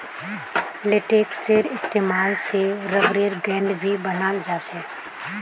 लेटेक्सेर इस्तेमाल से रबरेर गेंद भी बनाल जा छे